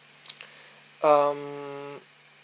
um